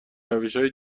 روشهای